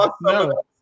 No